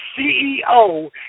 CEO